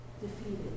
defeated